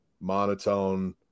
monotone